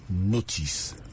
notice